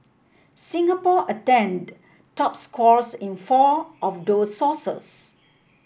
Singapore attained top scores in four of those sources